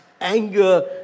anger